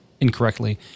incorrectly